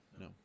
No